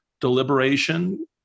deliberation